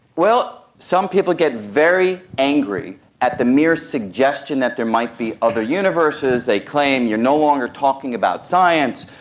well, some people get very angry at the mere suggestion that there might be other universes. they claim you are no longer talking about science,